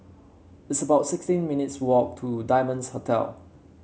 it's about sixteen minutes' walk to Diamond Hotel